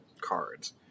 cards